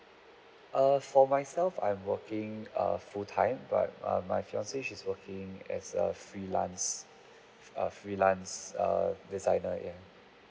err for myself I'm working err full time but err my fiancee she's working as a freelance a freelance err designer yeah